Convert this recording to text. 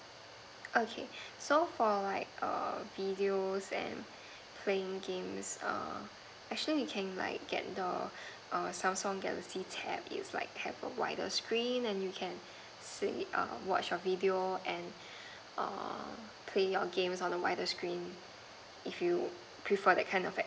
okay so for like err videos and playing games err actually you can like get the err samsung galaxy tab it's like has a wider screen and you can see err watch a video and err playing your game on a wider screen if you prefer that kind of